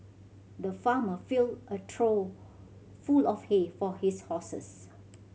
the farmer filled a trough full of hay for his horses